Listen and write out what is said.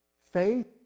Faith